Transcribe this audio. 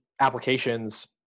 applications